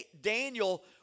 Daniel